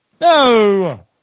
No